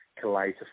collate